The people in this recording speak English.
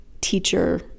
teacher